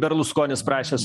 berluskonis prašęs